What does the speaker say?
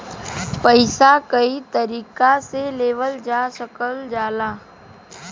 पइसा कई तरीका से लेवल जा सकल जाला